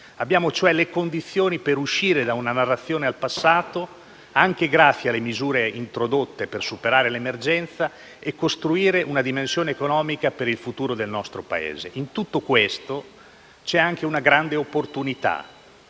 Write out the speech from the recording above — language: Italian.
Abbiamo cioè le condizioni per uscire da una narrazione al passato, anche grazie alle misure introdotte per superare l'emergenza, e costruire una dimensione economica per il futuro del nostro Paese. In tutto questo c'è anche una grande opportunità,